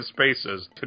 spaces